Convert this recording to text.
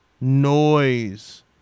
noise